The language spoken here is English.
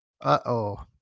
uh-oh